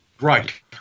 Right